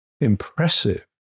impressive